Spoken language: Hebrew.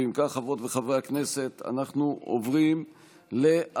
אם כך, חברות וחברי הכנסת, אנחנו עוברים להצבעה